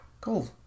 Cool